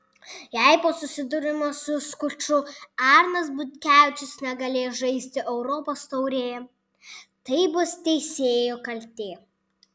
jei po susidūrimo su skuču arnas butkevičius negalės žaisti europos taurėje tai bus teisėjų kaltė